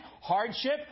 hardship